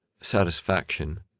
satisfaction